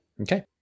Okay